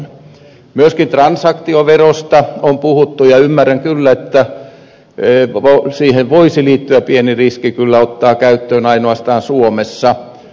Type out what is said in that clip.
myöskin transaktioverosta on puhuttu ja ymmärrän kyllä että voisi kyllä liittyä pieni riski siihen että se otettaisiin käyttöön ainoastaan suomessa